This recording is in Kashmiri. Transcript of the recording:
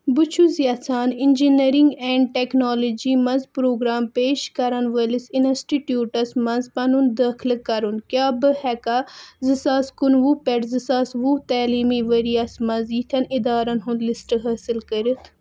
بہٕ چھُس یژھان اِنٛجیٖنٔرِنٛگ اینٛڈ ٹٮ۪کنالوجی مَنٛز پرٛوگرام پیش کرن وٲلِس انسٹِٹیٛوٗٹس مَنٛز پنُن دٲخلہٕ کرُن کیٛاہ بہٕ ہیٚکھا زٕ ساس کُنوُہ پٮ۪ٹھ زٕ ساس وُہ تعلیٖمی ؤرۍ یَس مَنٛز یِتھٮ۪ن اِدارن ہُنٛد لِسٹ حٲصِل کٔرِتھ